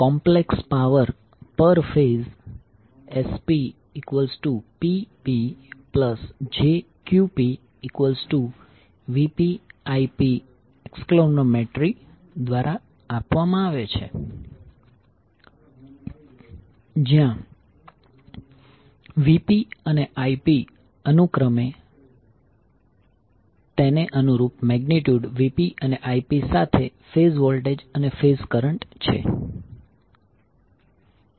complex power પર phase SpPpjQpVpIp દ્વારા આપવામાં આવે છે જ્યાં Vpઅને Ipઅનુક્રમે તેને અનુરૂપ મેગ્નિટ્યુડ Vpઅને Ipસાથે ફેઝ વોલ્ટેજ અને ફેઝ કરંટ છે